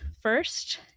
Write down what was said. first